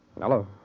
Hello